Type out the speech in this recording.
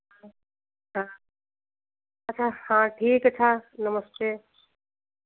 हाँ अच्छा हाँ ठीक था नमस्ते